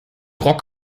rock